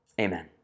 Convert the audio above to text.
Amen